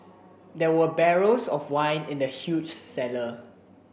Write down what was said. there were barrels of wine in the huge cellar